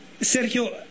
Sergio